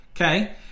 okay